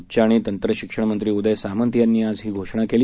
उच्च आणि तंत्र शिक्षण मंत्री उदय सामंत यांनी आज ही घोषणा केली